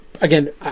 Again